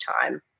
time